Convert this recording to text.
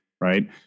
right